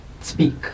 speak